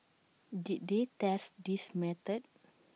did they test this method